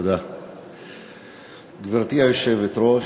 גברתי היושבת-ראש,